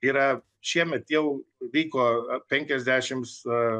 yra šiemet jau vyko penkiasdešimt